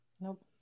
Nope